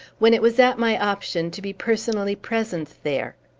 when it was at my option to be personally present there,